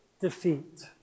defeat